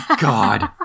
God